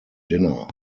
dinner